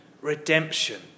redemption